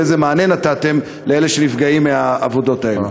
ואיזה מענה נתתם לאלה שנפגעים מהעבודות האלה.